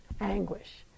anguish